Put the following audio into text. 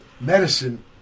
medicine